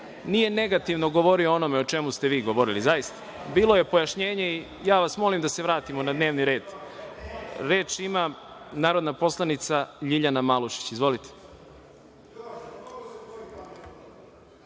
Nije negativno govorio o onome o čemu ste vi govorili, zaista. Bilo je pojašnjenje i ja vas molim da se vratimo na dnevni red. Reč ima narodna poslanica LJiljana Malušić. Izvolite.